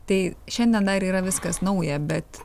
tai šiandien dar yra viskas nauja bet